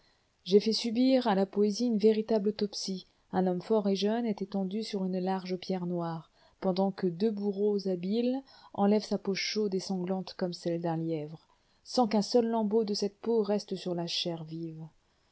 j'ai fait subir à la poésie une véritable autopsie un homme fort et jeune est étendu sur une large pierre noire pendant que deux bourreaux habiles enlèvent sa peau chaude et sanglante comme celle d'un lièvre sans qu'un seul lambeau de cette peau reste sur la chair vive